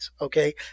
okay